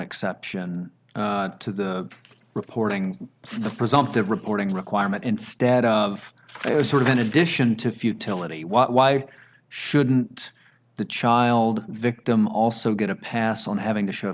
exception to the reporting of the presumptive reporting requirement instead of sort of in addition to futility why shouldn't the child victim also get a pass on having to show